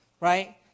right